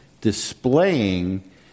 Displaying